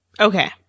Okay